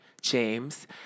James